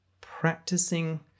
practicing